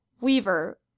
Weaver